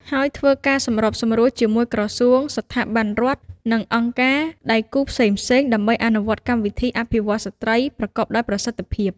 ហើយធ្វើការសម្របសម្រួលជាមួយក្រសួង ស្ថាប័នរដ្ឋ និងអង្គការដៃគូផ្សេងៗ ដើម្បីអនុវត្តកម្មវិធីអភិវឌ្ឍន៍ស្ត្រីប្រកបដោយប្រសិទ្ធភាព។